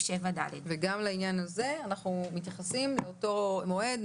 7ד. וגם לעניין הזה אנחנו מתייחסים לאותו מועד,